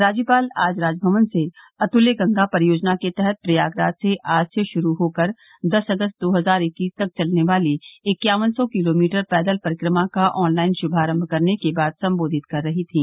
राज्यपाल आज राजभवन से अतुल्य गंगा परियोजना के तहत प्रयागराज से आज से शुरू होकर दस अगस्त दो हजार इक्कीस तक चलने वाली इक्यावन सौ किलोमीटर पैदल परिक्रमा का ऑनलाइन शुभारम्भ करने के बाद सम्बोधित कर रहीं थीं